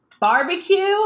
barbecue